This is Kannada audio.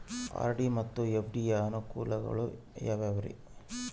ಆರ್.ಡಿ ಮತ್ತು ಎಫ್.ಡಿ ಯ ಅನುಕೂಲಗಳು ಯಾವ್ಯಾವುರಿ?